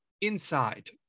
Inside